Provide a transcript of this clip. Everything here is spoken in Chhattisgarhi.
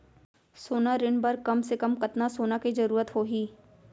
सोना ऋण बर कम से कम कतना सोना के जरूरत होही??